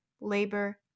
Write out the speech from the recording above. labor